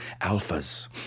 alphas